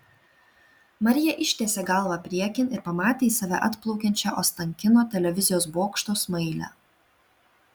marija ištiesė galvą priekin ir pamatė į save atplaukiančią ostankino televizijos bokšto smailę